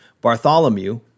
Bartholomew